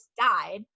died